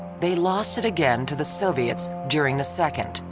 they lost it again to the soviets during the second